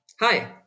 Hi